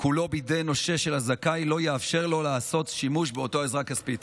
עיקולו בידי נושה של הזכאי לא יאפשר לו לעשות שימוש באותה עזרה כספית.